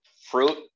Fruit